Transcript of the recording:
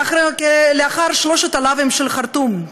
לאחר שלושת הלאווים של חרטום,